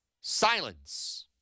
Silence